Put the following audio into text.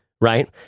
right